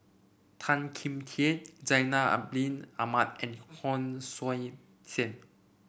Tan Kim Tian Zainal Abidin Ahmad and Hon Sui Sen